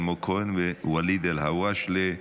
אלמוג כהן וואליד אלהואשלה.